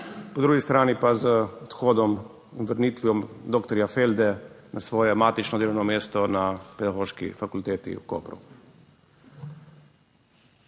po drugi strani pa z odhodom in vrnitvijo doktorja Felde na svoje matično delovno mesto na Pedagoški fakulteti v Kopru.